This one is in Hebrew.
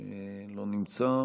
לא נמצא,